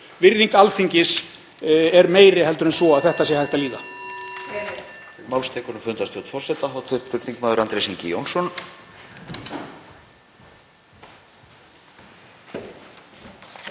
Virðing Alþingis er meiri en svo að þetta sé hægt að líða.